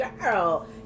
girl